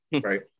right